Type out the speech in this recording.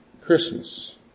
Christmas